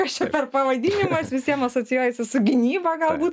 kas čia per pavadinimas visiem asocijuojasi su gynyba galbūt